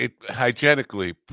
hygienically